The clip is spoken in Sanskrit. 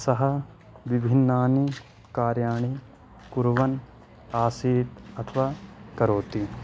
सः विभिन्नानि कार्याणि कुर्वन् आसीत् अथवा करोति